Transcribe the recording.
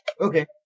Okay